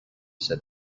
said